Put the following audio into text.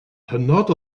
hynod